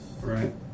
right